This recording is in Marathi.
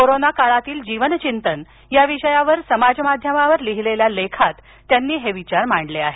कोरोना काळातील जीवन चिंतन या विषयावर समाजमाध्यमावर लिहिलेल्या एका लेखात त्यांनी हे विचार मांडले आहेत